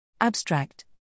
Abstract